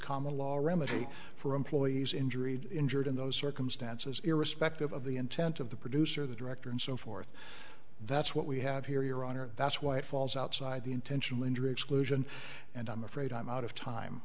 common law a remedy for employees injury injured in those circumstances irrespective of the intent of the producer the director and so forth that's what we have here your honor that's why it falls outside the intentional injury exclusion and i'm afraid i'm out of time